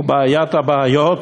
ובעיית הבעיות